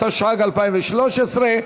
התשע"ג 2013,